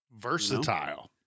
Versatile